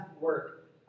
work